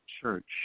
Church